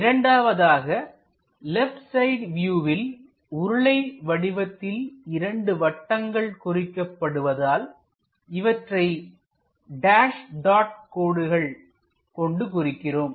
இரண்டாவதாக left side வியூவில் உருளை வடிவத்தில் இரண்டு வட்டங்கள் குறிக்கப்படுவதால்இவற்றை டேஸ் டாட் கோடுகள் கொண்டு குறிக்கிறோம்